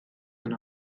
and